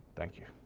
thank you.